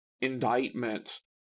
indictments